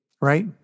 right